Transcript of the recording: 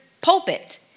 pulpit